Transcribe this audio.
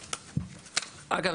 אגב,